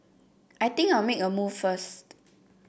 I think I'll make a move first